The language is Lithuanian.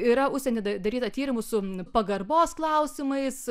yra užsieny daryta tyrimų su pagarbos klausimais